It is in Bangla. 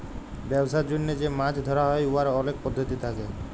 ব্যবসার জ্যনহে যে মাছ ধ্যরা হ্যয় উয়ার অলেক পদ্ধতি থ্যাকে